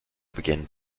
begin